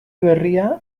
berria